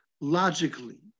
logically